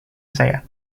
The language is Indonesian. saya